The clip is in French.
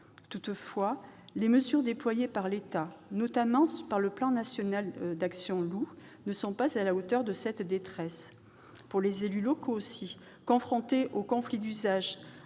Toutefois, les mesures déployées par l'État, notamment par le plan national d'actions Loup, ne sont pas à la hauteur de cette détresse. Quant aux élus locaux, ils sont confrontés aux conflits d'usage